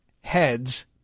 heads